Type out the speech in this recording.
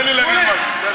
תן לי להגיד משהו.